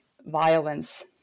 violence